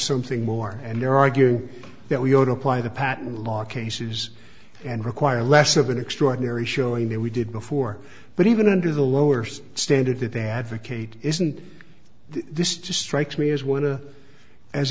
something more and they're arguing that we ought to apply the patent law cases and require less of an extraordinary showing that we did before but even under the lowers standard that they advocate isn't this just strikes me as